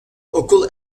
okul